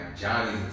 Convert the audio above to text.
johnny's